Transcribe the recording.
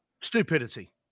stupidity